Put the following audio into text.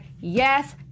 yes